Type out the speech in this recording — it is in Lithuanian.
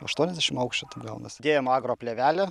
aštuoniasdešimt aukščio taip gaunasi dėjom agro plėvelę